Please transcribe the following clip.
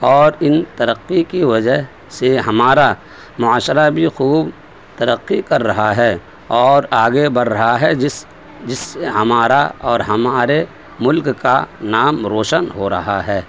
اور ان ترقی کی وجہ سے ہمارا معاشرہ بھی خوب ترقی کر رہا ہے اور آگے بڑھ رہا ہے جس جس سے ہمارا اور ہمارے ملک کا نام روشن ہو رہا ہے